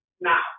now